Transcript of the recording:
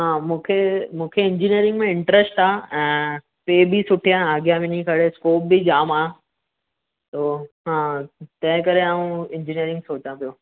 हा मूंखे मूंखे इंजीनियरिंग में इंटरस्ट आहे ऐं टे बि सुठियां अॻियां वञी करे स्कोप बि जाम आहे तंहिं करे इंजीनियरिंग सोचा पियो